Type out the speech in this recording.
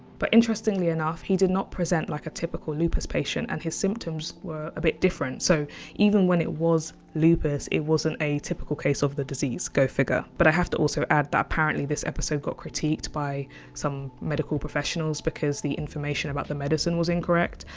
but interestingly enough, he did not present like a typical lupus patient and his symptoms were a bit different. so even when it was lupus, it wasn't a typical case of the disease. go figure. but i have to also add that apparently this episode got critiqued by some medical professionals because the information about the medicine was incorrect.